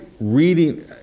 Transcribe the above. reading